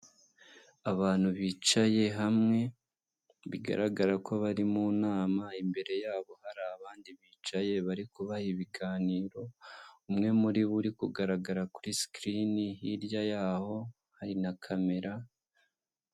Abantu bicaye hamwe bigaragara ko bari mu nama, imbere yabo hari abandi bicaye bari kubaha ibiganiro, umwe muri bo uri kugaragara kuri sikirini hirya yaho hari na kamera.